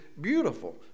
beautiful